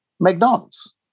McDonald's